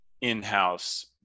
in-house